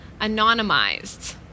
anonymized